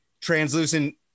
translucent